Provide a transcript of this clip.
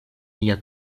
lia